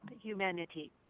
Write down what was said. humanity